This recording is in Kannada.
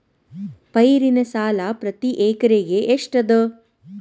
ಪೈರಿನ ಸಾಲಾ ಪ್ರತಿ ಎಕರೆಗೆ ಎಷ್ಟ ಅದ?